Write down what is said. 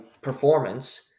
performance